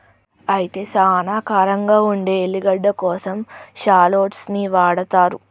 అయితే సానా కారంగా ఉండే ఎల్లిగడ్డ కోసం షాల్లోట్స్ ని వాడతారు